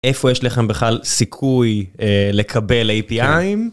איפה יש לכם בכלל סיכוי לקבל api-ים?